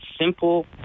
simple